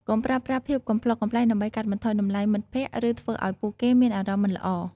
កុំប្រើប្រាស់ភាពកំប្លុកកំប្លែងដើម្បីកាត់បន្ថយតម្លៃមិត្តភក្តិឬធ្វើឱ្យពួកគេមានអារម្មណ៍មិនល្អ។